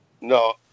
No